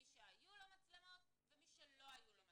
מי שהיו לו מצלמות ומי שלא היו לו מצלמות.